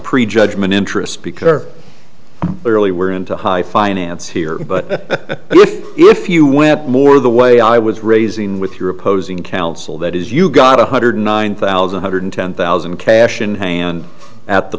pre judgment interest because her early we're into high finance here but if you went more the way i was raising with your opposing counsel that is you got one hundred nine thousand one hundred ten thousand cash in hand at the